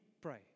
pray